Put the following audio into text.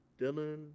dylan